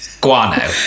Guano